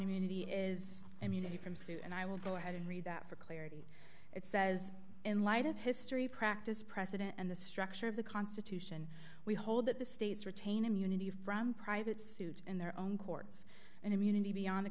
immunity from suit and i will go ahead and read that for clarity it says in light of history practice precedent and the structure of the constitution we hold that the states retain immunity from private suit in their own courts and immunity beyond the